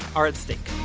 are at stake